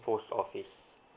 post office